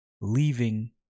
leaving